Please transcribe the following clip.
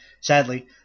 sadly